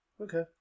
Okay